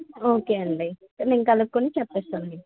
okay అండి నేను కనుక్కొని చెప్తాను మీకు